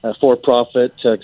for-profit